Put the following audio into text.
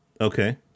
Okay